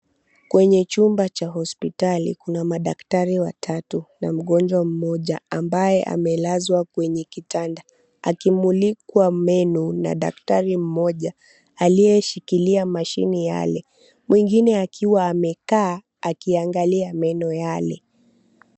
Kwenye chumba cha hospitali kuna madaktari watatu na mgonjwa mmoja ambaye amelazwa kwenye kitanda, akimulikwa meno na daktari mmoja aliyeshikilia mashini yale, mwingine akiwa amekaa akiangalia meno yale.